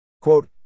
Quote